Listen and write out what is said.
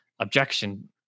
Objection